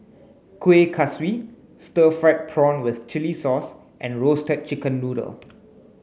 Kuih Kaswi stir fried prawn with chili sauce and roasted chicken noodle